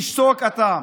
תגיד, אתה לא מתבייש?